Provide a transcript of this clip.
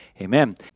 Amen